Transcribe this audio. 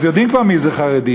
אז יודעים כבר מי זה חרדי,